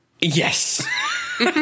Yes